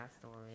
story